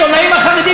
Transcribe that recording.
אינו נוכח יצחק כהן,